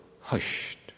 hushed